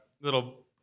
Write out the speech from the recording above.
little